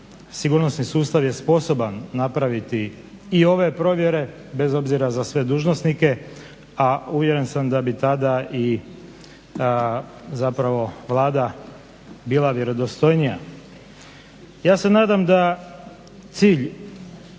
sigurnosni sustav je sposoban napraviti i ove provjere, bez obzira za sve dužnosnike, a uvjeren sam da bi tada i zapravo Vlada bila vjerodostojnija. Ja se nadam da cilj